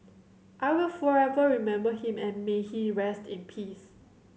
I will forever remember him and may he rest in peace